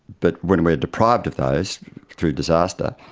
but when we are deprived of those through disaster,